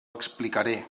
explicaré